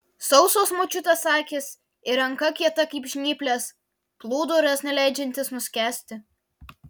sausos močiutės akys ir ranka kieta kaip žnyplės plūduras neleidžiantis nuskęsti